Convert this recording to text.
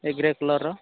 ଏ grey କଲର୍ର